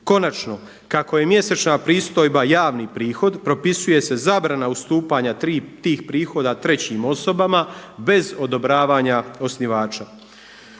Konačno, kako je mjesečna pristojba javni prihod propisuje se zabrana ustupanja tih prihoda trećim osobama bez odobravanja osnivača.